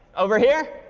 over here?